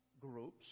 groups